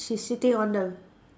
she sitting on the